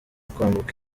kwambuka